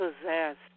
possessed